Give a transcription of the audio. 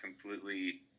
completely